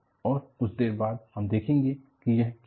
और कुछ देर बाद हम देखेंगे कि यह क्या है